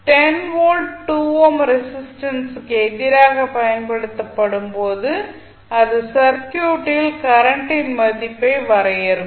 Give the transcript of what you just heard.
10 volt 2 ohm ரெசிஸ்டன்சுக்கு எதிராக பயன்படுத்தப்படும் போது அது சர்க்யூட்டில் கரண்ட் ன் மதிப்பை வரையறுக்கும்